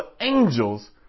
angels